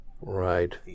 Right